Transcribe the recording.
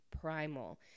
primal